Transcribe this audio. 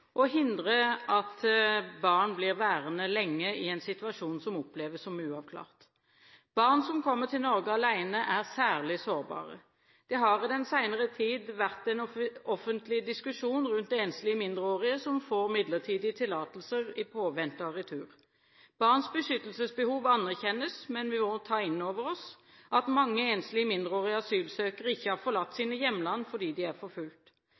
og hindre at barn blir værende lenge i en situasjon som oppleves som uavklart. Barn som kommer til Norge alene, er særlig sårbare. Det har i den senere tid vært en offentlig diskusjon rundt enslige mindreårige som får midlertidige tillatelser i påvente av retur. Barns beskyttelsesbehov anerkjennes, men vi må ta inn over oss at mange enslig mindreårige asylsøkere ikke har forlatt sine hjemland fordi de er